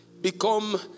become